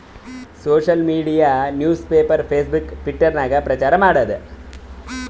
social media news paper, Facebook, Twitter ನಾಗ್ ಪ್ರಚಾರ್ ಮಾಡ್ತುದ್